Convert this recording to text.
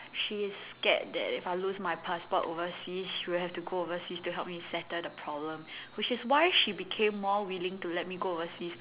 she is scared that if I lose my passport overseas she will have to go overseas to help me settle the problem which is why she became more willing to let me go overseas